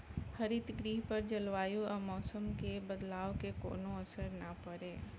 हरितगृह पर जलवायु आ मौसम के बदलाव के कवनो असर ना पड़े